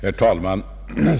Herr talman!